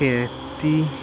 ਖੇਤੀ